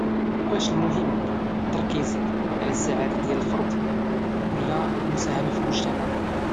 واش المهم تركيز على السعاده ديال الفرد ولا المساهمة فالمجتمع؟